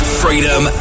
freedom